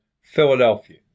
Philadelphia